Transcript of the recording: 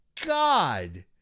God